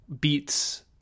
beats